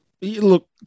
Look